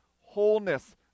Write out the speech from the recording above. wholeness